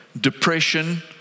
depression